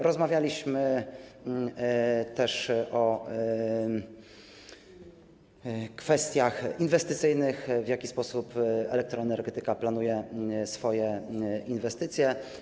Rozmawialiśmy też o kwestiach inwestycyjnych, o tym, w jaki sposób elektroenergetyka planuje swoje inwestycje.